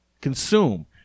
consume